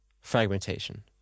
fragmentation